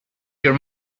your